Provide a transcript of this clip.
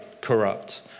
corrupt